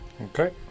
Okay